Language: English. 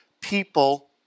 people